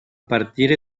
partire